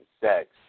sex